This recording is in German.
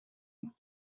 uns